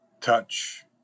touch